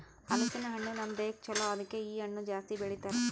ಹಲಸಿನ ಹಣ್ಣು ನಮ್ ದೇಹಕ್ ಛಲೋ ಅದುಕೆ ಇ ಹಣ್ಣು ಜಾಸ್ತಿ ಬೆಳಿತಾರ್